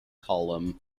column